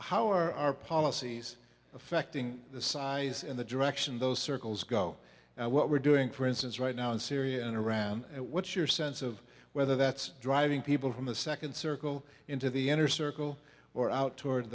how are our policies affecting the size and the direction those circles go and what we're doing for instance right now in syria and iran what's your sense of whether that's driving people from the second circle into the inner circle or out toward